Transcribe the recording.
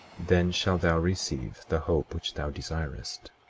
then shalt thou receive the hope which thou desirest.